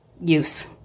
use